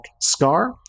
Scar